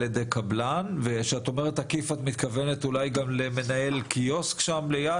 כשאת אומרת "עקיף" את מתכוונת גם למנהל קיוסק ליד המפעל?